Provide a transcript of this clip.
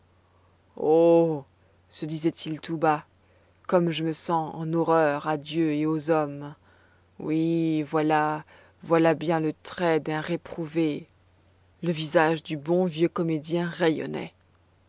se disait-il tout bas comme je me sens en horreur à dieu et aux hommes oui voilà voilà bien le trait d'un réprouvé le visage du bon vieux comédien rayonnait